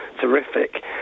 terrific